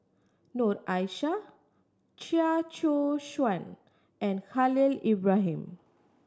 Noor Aishah Chia Choo Suan and Khalil Ibrahim